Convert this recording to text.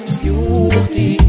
beauty